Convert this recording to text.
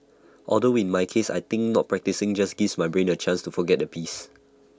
although in my case I think not practising just gives my brain A chance to forget the piece